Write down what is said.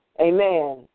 Amen